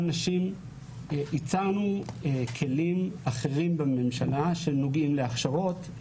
נשים יצרנו כלים אחרים בממשלה שנוגעים להכשרות,